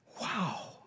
Wow